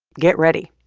get ready